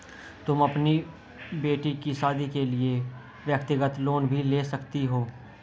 तुम अपनी बेटी की शादी के लिए व्यक्तिगत लोन भी ले सकती हो